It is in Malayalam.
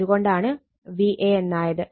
അത് കൊണ്ടാണ് VA എന്നായത്